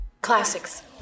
Classics